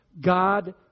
God